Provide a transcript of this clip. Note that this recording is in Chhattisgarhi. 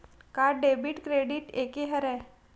का डेबिट क्रेडिट एके हरय?